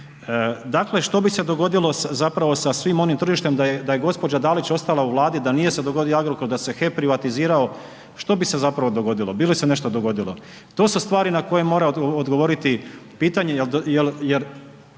Dakle, što bi se dogodilo zapravo sa svim onim tržištem da je gđa. Dalić ostala u Vladi, da nije se dogodio Agrokor, da se HEP privatizirao, što bi se zapravo dogodilo? Bi li se nešto dogodilo? To su stvari na koje mora odgovoriti, pitanje jer,